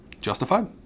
Justified